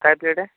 काय प्लेट ए